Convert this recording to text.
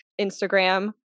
Instagram